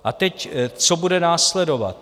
A teď, co bude následovat.